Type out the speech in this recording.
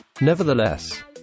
Nevertheless